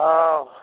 हँ